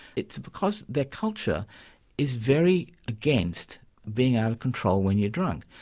it's because their culture is very against being out of control when you're drunk.